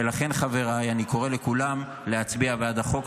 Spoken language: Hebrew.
לכן, חבריי, אני קורא לכולם להצביע בעד החוק.